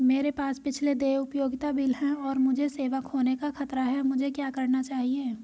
मेरे पास पिछले देय उपयोगिता बिल हैं और मुझे सेवा खोने का खतरा है मुझे क्या करना चाहिए?